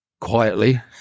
Quietly